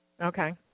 Okay